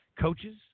coaches